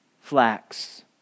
flax